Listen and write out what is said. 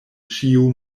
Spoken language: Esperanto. ĉiu